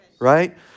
Right